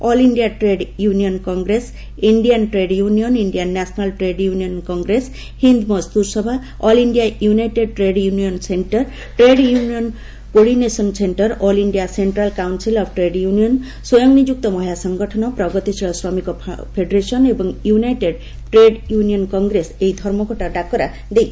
All India trade union congress Indian trade union Indian national trade union congress Hind Mazdoor Sabha all India united trade union centre trade union coordination centre all India central council of trade union Swayam Niyukt Mahila Sangathan Pragatishil Shramik federation ଏବଂ united trade union congress ଏହି ଧର୍ମଘଟ ଡାକରା ଦେଇଛନ୍ତି